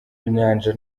inyanja